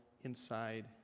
inside